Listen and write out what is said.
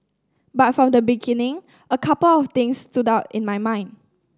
but from the beginning a couple of things stood out in my mind